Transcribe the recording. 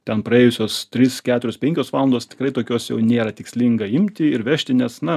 ten praėjusios trys keturios penkios valandos tikrai tokios jau nėra tikslinga imti ir vežti nes na